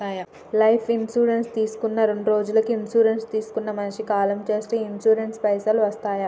Life insurance తీసుకున్న రెండ్రోజులకి insurance తీసుకున్న మనిషి కాలం చేస్తే ఇన్సూరెన్స్ పైసల్ వస్తయా?